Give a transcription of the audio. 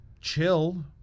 chill